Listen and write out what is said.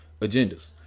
agendas